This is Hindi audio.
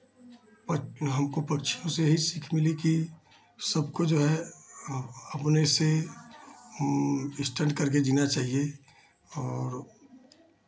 हमको पक्षियों से यही सीख मिली कि सबको जो है अपने से स्टंट करके जीना चाहिए और